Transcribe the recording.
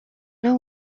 know